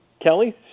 Kelly